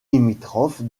limitrophe